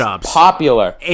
popular